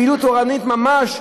פעילות תורנית ממש,